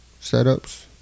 setups